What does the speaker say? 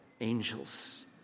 angels